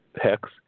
Hex